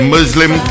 Muslim